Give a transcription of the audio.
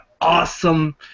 awesome